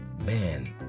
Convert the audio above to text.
man